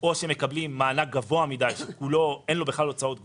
או שמקבלים מענק גבוה מדי כאשר אין להם בכלל הוצאות קבועות,